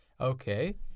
Okay